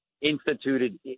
instituted